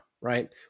right